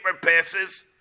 passes